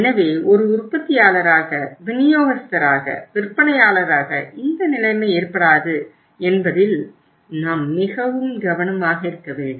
எனவே ஒரு உற்பத்தியாளராக விநியோகஸ்தராக விற்பனையாளராக இந்த நிலைமை ஏற்படாது என்பதில் நாம் மிகவும் கவனமாக இருக்க வேண்டும்